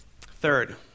Third